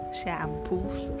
shampoos